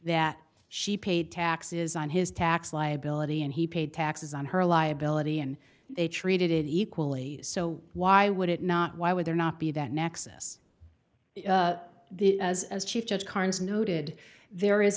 that she paid taxes on his tax liability and he paid taxes on her liability and they treated equally so why would it not why would there not be that nexus as as chief judge carnes noted there is